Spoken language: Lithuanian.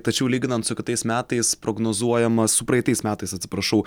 tačiau lyginant su kitais metais prognozuojama su praeitais metais atsiprašau